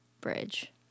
bridge